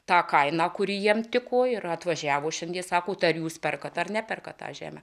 tą kainą kuri jiems tiko ir atvažiavo šiandien sako ar jūs perkate ar neperkat tą žemę